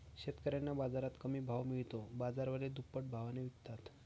शेतकऱ्यांना बाजारात कमी भाव मिळतो, बाजारवाले दुप्पट भावाने विकतात